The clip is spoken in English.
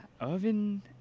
Oven